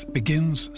begins